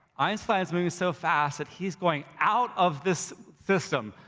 einstein's moving so fast that he's going out of this system,